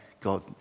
God